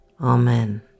Amen